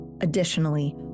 Additionally